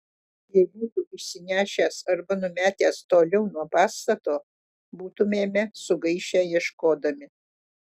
jei būtų išsinešęs arba numetęs toliau nuo pastato būtumėme sugaišę ieškodami